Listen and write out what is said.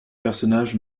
personnages